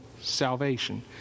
salvation